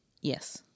Yes